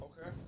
Okay